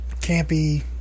campy